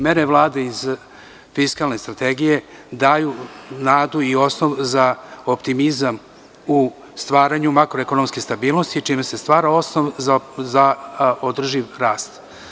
Mere Vlade iz fiskalne strategije daju nadu i osnov za optimizam u stvaranju makroekonomske stabilnosti čime se stvara osnov za održiv rast.